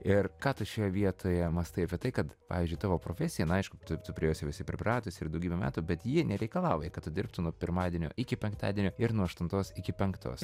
ir ką tu šioje vietoje mąstai apie tai kad pavyzdžiui tavo profesija na aišku tu tu prie jos jau esi pripratusi ir daugybė metų bet ji nereikalauja kad tu dirbtum nuo pirmadienio iki penktadienio ir nuo aštuntos iki penktos